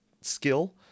skill